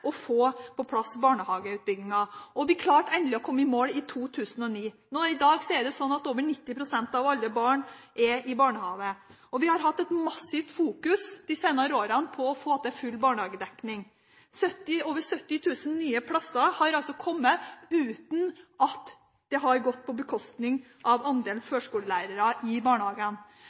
å få på plass barnehageutbyggingen. Vi klarte endelig å komme i mål i 2009. I dag er det slik at over 90 pst. av alle barn er i barnehage, og vi har de senere årene hatt en massiv fokusering på å få til full barnehagedekning. Over 70 000 nye plasser har kommet til, uten at det har gått på bekostning av andelen førskolelærere i